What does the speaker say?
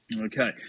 Okay